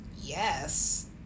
Yes